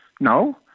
No